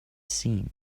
seen